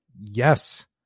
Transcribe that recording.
Yes